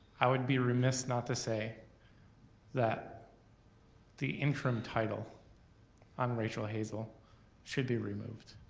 i would be remiss not to say that the interim title on rachel hazel should be removed.